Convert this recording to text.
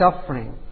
suffering